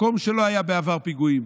מקום שלא היו בו בעבר פיגועים,